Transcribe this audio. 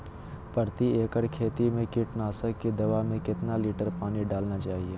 प्रति एकड़ खेती में कीटनाशक की दवा में कितना लीटर पानी डालना चाइए?